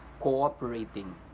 cooperating